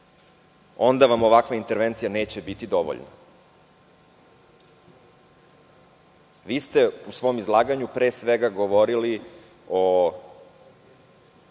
onda vam ovakva intervencija neće biti dovoljna. Vi ste u svom izlaganju pre svega govorili o